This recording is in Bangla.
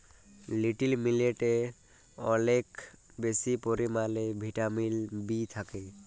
লিটিল মিলেটে অলেক বেশি পরিমালে ভিটামিল বি থ্যাকে